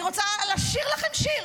לשיר לכם שיר.